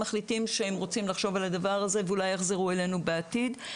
מחליטים שהם רוצים לחשוב על הדבר הזה ואולי לחזור אלינו בעתיד.